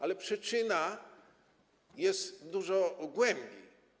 Ale przyczyna jest dużo głębiej.